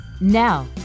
Now